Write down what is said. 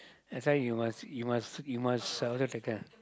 that's why you must you must you must also take care